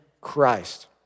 Christ